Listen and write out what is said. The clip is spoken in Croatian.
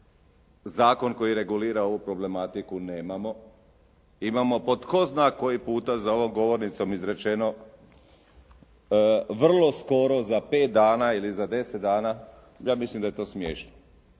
Zakon koji regulira ovu problematiku nemamo. Imamo po tko zna koji puta za ovom govornicom izrečeno vrlo skoro, za 5 dana ili za 10 dana ja mislim da je to smiješno.